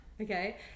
okay